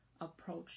approach